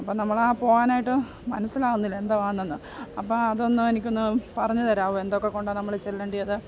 അപ്പം നമ്മളാണ് പോവാനായിട്ട് മനസ്സിലാവുന്നില്ല എന്തുവാണെന്ന് അപ്പം അതൊന്ന് എനിക്കൊന്ന് പറഞ്ഞ് തരാമോ എന്തൊക്കെക്കൊണ്ടാണ് നമ്മൾ ചെല്ലേണ്ടത്